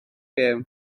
gem